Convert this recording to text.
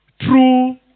true